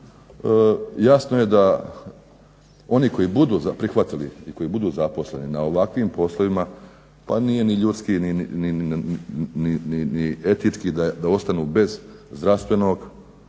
jasno je da oni koji budu prihvatili i koji budu zaposleni na ovakvim poslovima pa nije ni ljudski ni etički da ostanu bez zdravstvenog